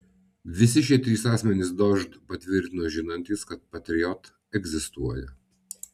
visi šie trys asmenys dožd patvirtino žinantys kad patriot egzistuoja